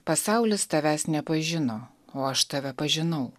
pasaulis tavęs nepažino o aš tave pažinau